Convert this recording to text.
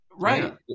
Right